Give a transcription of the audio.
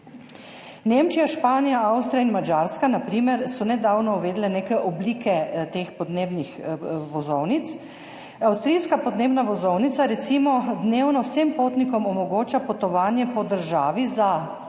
Nemčija, Španija, Avstrija in Madžarska, na primer, so nedavno uvedle neke oblike teh podnebnih vozovnic. Avstrijska podnebna vozovnica recimo dnevno vsem potnikom omogoča potovanje po državi za